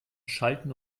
schalten